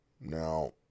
Now